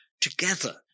together